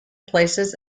places